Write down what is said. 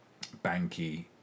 Banky